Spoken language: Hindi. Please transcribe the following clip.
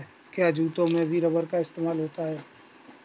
क्या जूतों में भी रबर का इस्तेमाल होता है?